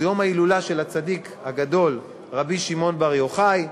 זה יום ההילולה של הצדיק הגדול רבי שמעון בר יוחאי,